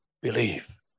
believe